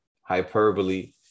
hyperbole